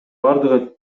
бардыгы